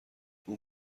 اون